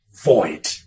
void